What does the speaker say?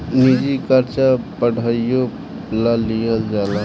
निजी कर्जा पढ़ाईयो ला लिहल जाला